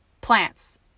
Plants